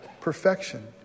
perfection